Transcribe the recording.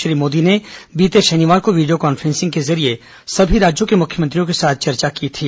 श्री मोदी ने बीते शनिवार को वीडियो कांफ्रेंसिंग के जरिये सभी राज्यों के मुख्यमंत्रियों के साथ चर्चा की थी